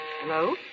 Hello